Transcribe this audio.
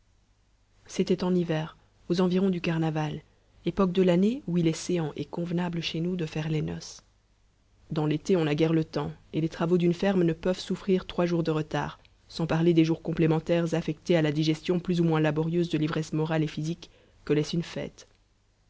c'était en hiver aux environs du carnaval époque de l'année où il est séant et convenable chez nous de faire les noces dans l'été on n'a guère le temps et les travaux d'une ferme ne peuvent souffrir trois jours de retard sans parler des jours complémentaires affectés à la digestion plus ou moins laborieuse de l'ivresse morale et physique que laisse une fête